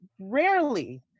rarely